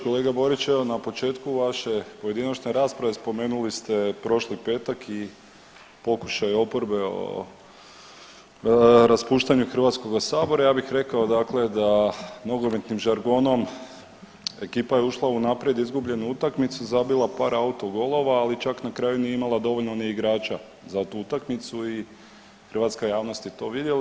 Kolega Borić evo na početku vaše pojedinačne rasprave spomenuli ste prošli petak i pokušaj oporbe o raspuštanju HS-a, ja bih rekao dakle da nogometnim žargonom ekipa je ušla unaprijed izgubljenu utakmicu, zabila par autogolova, ali čak na kraju nije imala dovoljno ni igrača za tu utakmicu i hrvatska javnost je to vidjela.